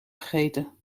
vergeten